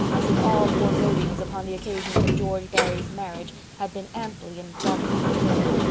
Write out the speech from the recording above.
as if all forebodings upon the occasion of george barry's marriage had been amply and darkly fulfilled.